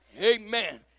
Amen